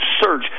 search